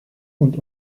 und